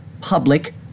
public